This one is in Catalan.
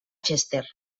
chester